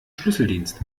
schlüsseldienst